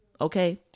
okay